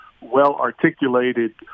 well-articulated